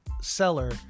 seller